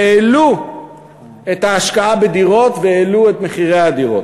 שהעלו את ההשקעה בדירות והעלו את מחירי הדירות.